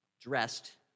dressed